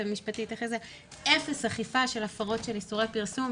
המשפטית אפס אכיפה של הפרות של איסורי פרסום,